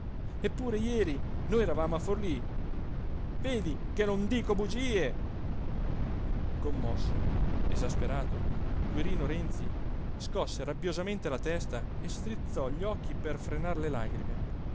eppure jeri noi eravamo a forlí vedi che non dico bugie commosso esasperato quirino renzi scosse rabbiosamente la testa e strizzò gli occhi per frenar le lagrime